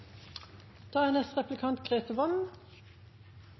da. Representanten Grete Wold